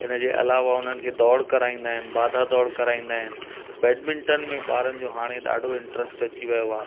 इन जे अलावा उन्हनि खे दौड़ कराईंदा आहिनि बाधा दौड़ कराईंदा आहिनि बैडमिंटन में ॿारनि जो हाणे ॾाढो इंट्र्स्ट अची वियो आहे